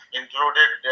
included